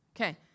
Okay